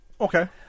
Okay